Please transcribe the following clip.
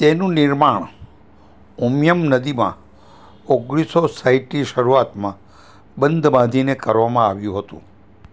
તેનું નિર્માણ ઉમિયમ નદીમાં ઓગણીસો સાઠની શરૂઆતમાં બંધ બાંધીને કરવામાં આવ્યું હતું